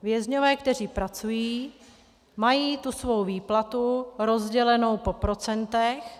Vězňové, kteří pracují, mají tu svou výplatu rozdělenou po procentech.